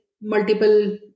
multiple